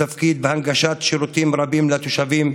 התפקיד והנגשת שירותים רבים לתושבים.